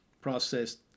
processed